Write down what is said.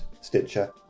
Stitcher